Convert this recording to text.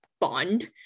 bond